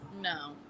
No